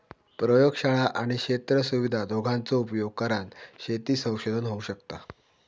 प्रयोगशाळा आणि क्षेत्र सुविधा दोघांचो उपयोग करान शेती संशोधन होऊ शकता